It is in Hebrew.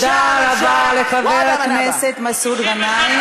ירצה מי שירצה וימאן מי שימאן.) תודה רבה לחבר הכנסת מסעוד גנאים.